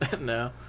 No